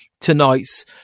tonight's